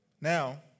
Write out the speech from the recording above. Now